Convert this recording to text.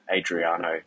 Adriano